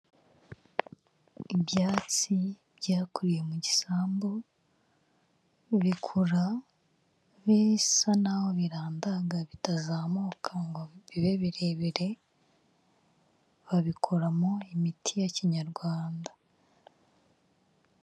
Ibyatsi byakuriye mu gisambu, bikura bisa n'aho birandanga bitazamuka ngo bibe birebire, babikoramo imiti ya Kinyarwanda.